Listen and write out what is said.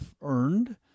earned